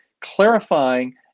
clarifying